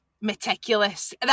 meticulous